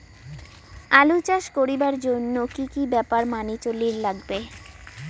আলু চাষ করিবার জইন্যে কি কি ব্যাপার মানি চলির লাগবে?